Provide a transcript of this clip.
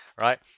Right